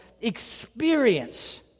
experience